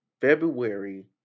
February